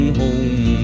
home